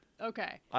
Okay